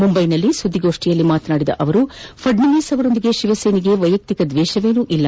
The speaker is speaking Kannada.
ಮುಂಬೈಯಲ್ಲಿ ಸುದ್ದಿಗೋಷ್ಠಿಯಲ್ಲಿ ಮಾತನಾಡಿದ ಅವರು ಫದ್ನ ವೀಸ್ ಅವರೊಂದಿಗೆ ಶಿವಸೇನೆಗೆ ವೈಯಕ್ತಿಕ ದ್ವೇಷವಿಲ್ಲ